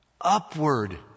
Upward